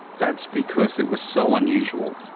that's because it was so unusual.